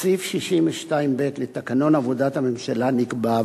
1. בסעיף 62(ב) לתקנון עבודת הממשלה נקבע: